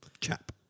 Chap